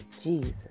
Jesus